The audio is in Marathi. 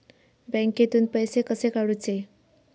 बँकेतून पैसे कसे काढूचे?